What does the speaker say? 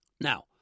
Now